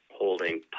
holding